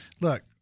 look